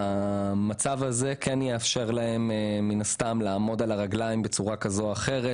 המצב הזה כן יאפשר להם לעמוד על הרגליים בצורה כזו או אחרת,